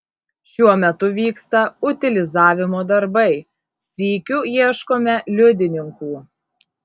šiuo metu vyksta utilizavimo darbai sykiu ieškome liudininkų